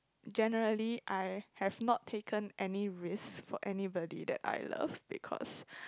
generally I have not taken any risk for anybody that I love because